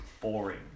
boring